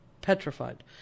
Petrified